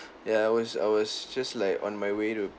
ya I was I was just like on my way to